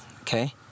okay